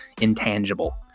intangible